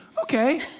okay